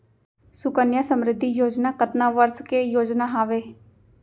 सुकन्या समृद्धि योजना कतना वर्ष के योजना हावे?